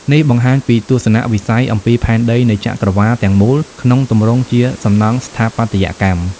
នេះបង្ហាញពីទស្សនៈវិស័យអំពីផែនទីនៃចក្រវាឡទាំងមូលក្នុងទម្រង់ជាសំណង់ស្ថាបត្យកម្ម។